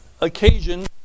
occasion